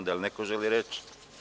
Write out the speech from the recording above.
Da li neko želi reč?